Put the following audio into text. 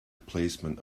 placement